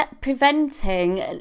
preventing